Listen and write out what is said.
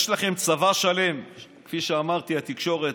יש לכם צבא שלם, כפי שאמרתי, התקשורת.